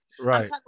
Right